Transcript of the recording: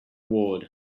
ward